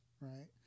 right